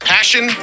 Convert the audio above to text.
Passion